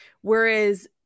Whereas